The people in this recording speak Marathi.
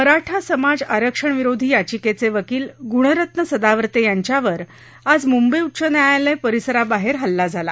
मराठा समाज आरक्षणविरोधी याचिकेचे वकील गुणरत्न सदावतें यांच्यावर आज मुंबई उच्च न्यायालय परिसराबाहेर हल्ला झाला